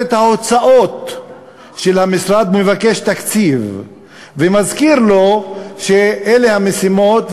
את ההוצאות של המשרד ומבקש תקציב ומזכיר לו שאלה המשימות,